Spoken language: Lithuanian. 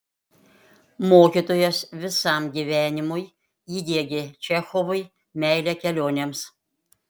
mokytojas visam gyvenimui įdiegė čechovui meilę kelionėms